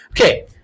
Okay